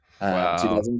Wow